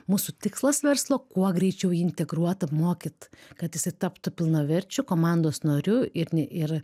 mūsų tikslas verslo kuo greičiau jį integruot apmokyt kad jisai taptų pilnaverčiu komandos nariu ir ir